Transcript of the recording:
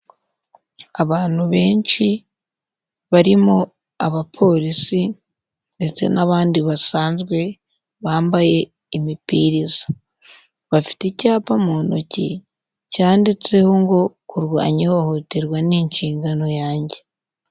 Abantu benshi barimo abaporisi ndetse n'abandi basanzwe bambaye imipira isa, bafite icyapa mu ntoki cyanditseho ngo kurwanya ihohoterwa ni inshingano yanjye.